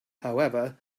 however